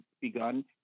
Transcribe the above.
begun